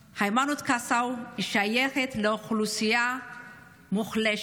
היימנוט קסאו שייכת לאוכלוסייה מוחלשת,